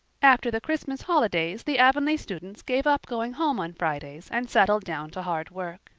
after the christmas holidays the avonlea students gave up going home on fridays and settled down to hard work.